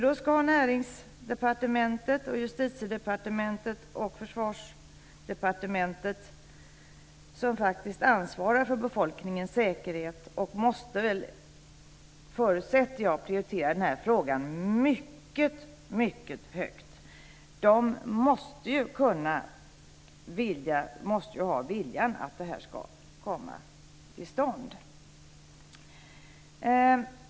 Då måste Försvarsdepartementet - som faktiskt ansvarar för befolkningens säkerhet och måste, förutsätter jag, prioritera den här frågan mycket högt - ha viljan att det här ska komma till stånd.